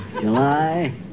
July